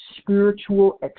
spiritual